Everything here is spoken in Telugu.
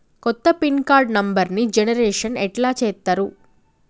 కొత్త పిన్ కార్డు నెంబర్ని జనరేషన్ ఎట్లా చేత్తరు?